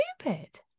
stupid